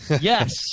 Yes